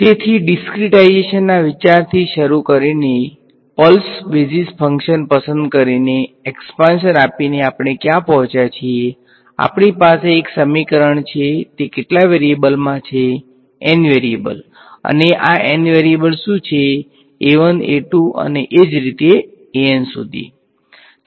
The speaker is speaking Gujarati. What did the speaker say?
તેથી ડીસ્ક્રીટાઈઝેશનના વિચારથી શરૂ કરીને પલ્સ બેઝિસ ફંક્શન પસંદ કરીને એક્સ્પાંશન આપીને આપણે ક્યાં પહોંચ્યા છીએ આપણી પાસે એક સમીકરણ છે કે કેટલા વેરિયેબલ્સમા છે N વેરિયેબલ્સ અને આ N વેરિયેબલ્સ શું છે અને એજ રીતે સુધી